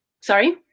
Sorry